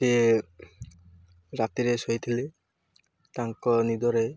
ସିଏ ରାତିରେ ଶୋଇଥିଲେ ତାଙ୍କ ନିଦରେ